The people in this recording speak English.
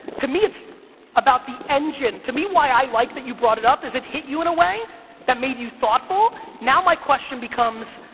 to me, it's about the engine. to me, why i like that you brought it up is that it hit you in a way that made you thoughtful, now my question becomes,